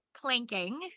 planking